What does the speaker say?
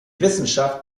wissenschaft